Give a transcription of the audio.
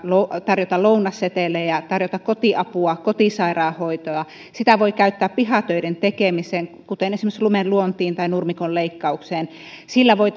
tarjota lounasseteleitä tarjota kotiapua kotisairaanhoitoa sitä voi käyttää pihatöiden tekemiseen esimerkiksi lumenluontiin tai nurmikon leikkaukseen sillä voi